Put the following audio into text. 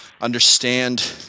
understand